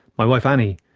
my wife annie,